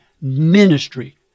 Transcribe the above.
ministry